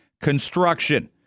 construction